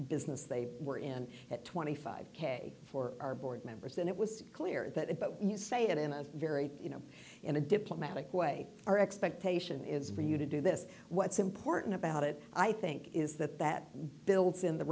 business they were in at twenty five dollars k for our board members and it was clear that it but when you say it in a very you know in a diplomatic way our expectation is for you to do this what's important about it i think is that that builds in the